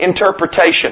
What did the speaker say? interpretation